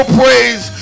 praise